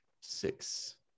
six